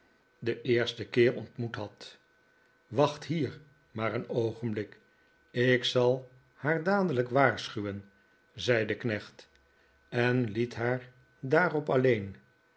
den eersten keer ontmoet had wacht hier maar een oogenblik ik zal haar dadelijk waarschuwen zei de knecht en liet haar daarop alleen